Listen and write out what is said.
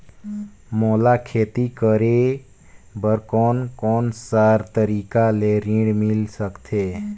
मोला खेती करे बर कोन कोन सा तरीका ले ऋण मिल सकथे?